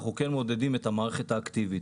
אנחנו מעודדים את המערכת האקטיבית.